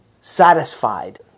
satisfied